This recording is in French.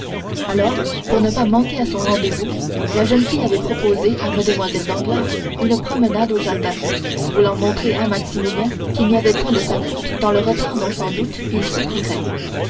alors pour ne pas manquer à son rendez-vous la jeune fille avait proposé à mlle danglars une promenade au jardin voulant montrer à maximilien qu'il n'y avait point de sa faute dans le retard dont sans doute il souffrait